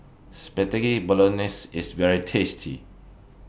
Spaghetti Bolognese IS very tasty